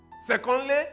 Secondly